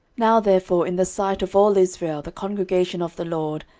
now therefore in the sight of all israel the congregation of the lord,